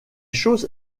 choses